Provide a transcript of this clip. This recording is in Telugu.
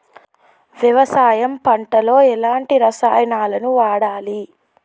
వ్యవసాయం పంట లో ఎలాంటి రసాయనాలను వాడాలి?